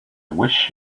wish